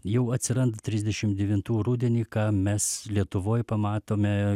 jau atsiranda trisdešim devintų rudenį ką mes lietuvoj pamatome